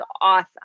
awesome